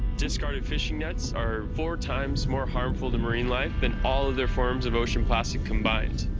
discarded fishing nets are four times more harmful to marine life than all of their forms of ocean plastic combined.